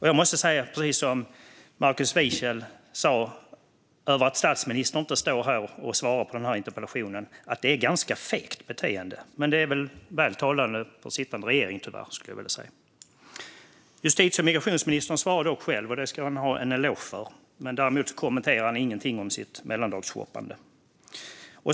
Jag måste säga precis som Markus Wiechel om att statsministern inte står här och svarar på interpellationen: Det är ett ganska fegt beteende. Men det är väl tyvärr talande för sittande regering. Justitie och migrationsministern svarar dock själv, och det ska han ha en eloge för. Däremot kommenterar han inte alls sitt mellandagsshoppande.